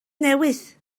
newydd